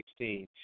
2016